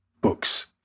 books